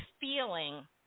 feeling